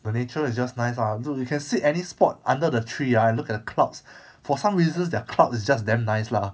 the nature is just nice ah dude you can sit any spot under the tree ah and look at clouds for some reason their clouds is just damn nice lah